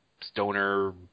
stoner